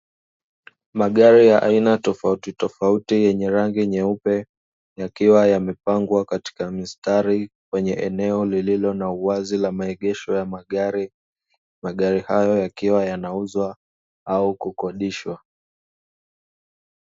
Magari ya aina tofautitofauti yenye rangi nyeupe yakiwa yamepangwa katika mstari kwenye eneo lililo na uwazi la maegesho ya magari; magari hayo yakiwa yanauzwa au kukodishwa.